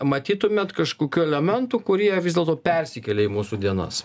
matytumėt kažkokių elementų kurie vis dėlto persikėlė į mūsų dienas